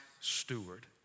steward